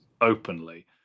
openly